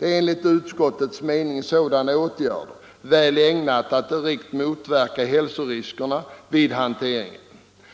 Enligt utskottets mening är sådana åtgärder väl ägnade att direkt motverka hälsoriskerna vid hanteringen.